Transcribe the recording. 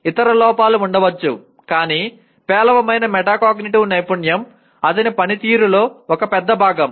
ఇతర లోపాలు ఉండవచ్చు కానీ పేలవమైన మెటాకాగ్నిటివ్ నైపుణ్యం అతని పనితీరులో ఒక పెద్ద భాగం